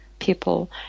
People